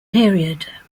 period